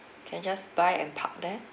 can just buy and park there